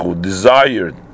desired